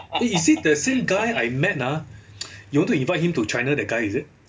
eh is he the same guy I met ah you want to invite him to china that guy is it